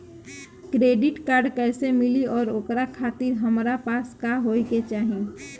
Credit card कैसे मिली और ओकरा खातिर हमरा पास का होए के चाहि?